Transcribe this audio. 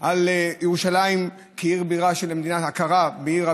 על הכרה בירושלים כעיר הבירה של מדינת ישראל.